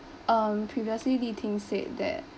um previously li-ting said that